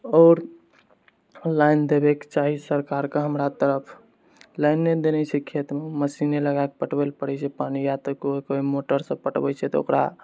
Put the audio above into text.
आउर लाइन देबै के चाही सरकारके हमरा तरफ लाइन नहि देने छै खेतमे मशीने लगाकऽ पटबै पड़ै छै खेतमे पानि यऽ तऽ कोइ कोइ मोटरसँ पटबै छै तऽ ओकरा